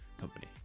company